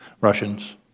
Russians